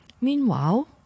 Meanwhile